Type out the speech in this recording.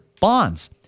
Bonds